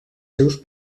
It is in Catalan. seus